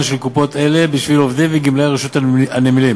של קופות אלה בשביל עובדי וגמלאי רשות הנמלים,